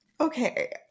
Okay